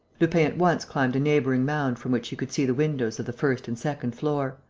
lupin at once climbed a neighbouring mound from which he could see the windows of the first and second floor.